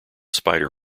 spider